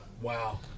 Wow